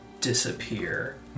disappear